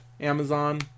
Amazon